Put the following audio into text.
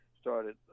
started